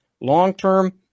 long-term